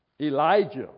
Elijah